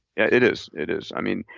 it is, it is. i mean,